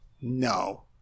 No